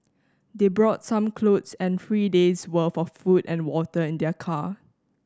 they brought some clothes and three day's worth for food and water in their car